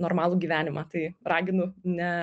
normalų gyvenimą tai raginu ne